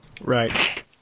Right